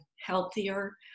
healthier